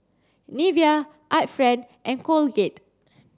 Nivea Art Friend and Colgate